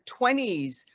20s